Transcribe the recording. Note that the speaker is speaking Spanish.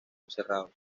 cerrados